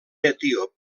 etíop